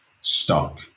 stock